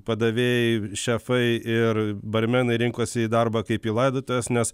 padavėjai šefai ir barmenai rinkosi į darbą kaip į laidotuves nes